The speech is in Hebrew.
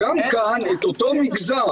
--- גם כאן את אותו מגזר,